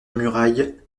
muraille